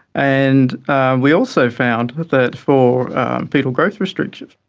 and we also found that for foetal growth restriction,